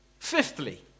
Fifthly